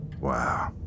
Wow